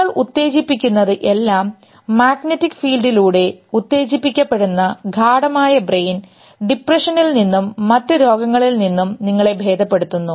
നിങ്ങൾ ഉത്തേജിപ്പിക്കുന്നത് എല്ലാം മാഗ്നെറ്റിക് ഫീൽഡ് ലൂടെ ഉത്തേജിപ്പിക്കപെടുന്ന ഗാഢമായ ബ്രെയിൻ ഡിപ്രഷനിൽ നിന്നും മറ്റ് രോഗങ്ങളിൽ നിന്നും നിങ്ങളെ ഭേദപ്പെടുത്തുന്നു